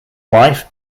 life